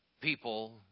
People